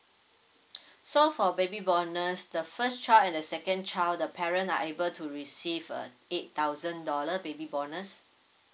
so for baby bonus the first child and the second child the parent are able to receive a eight thousand dollar baby bonus